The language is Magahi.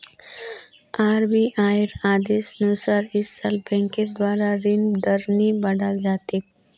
आरबीआईर आदेशानुसार इस साल बैंकेर द्वारा ऋण दर नी बढ़ाल जा तेक